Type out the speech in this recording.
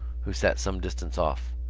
who sat some distance off,